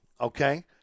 okay